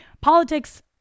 politics